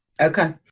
Okay